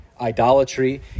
idolatry